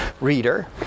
reader